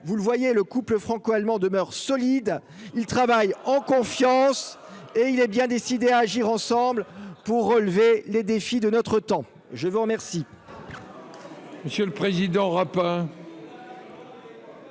vous le voyez, le couple franco-allemand demeure solide, il travaille en confiance et il est bien décidé à agir ensemble pour relever les défis de notre temps, je vous remercie.